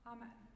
Amen